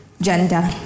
gender